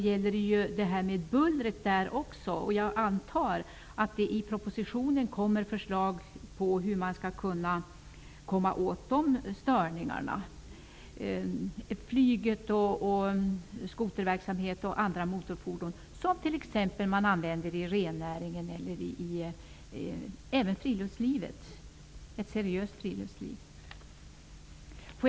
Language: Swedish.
Bullret är ett problem också för yrkestrafiken. Jag antar att det i propositionen läggs fram förslag till hur man skall komma åt de störningar som flygplan, skotrar och andra motorfordon som t.ex. används i rennäringen och även i ett seriöst friluftsliv åstadkommer.